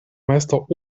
meister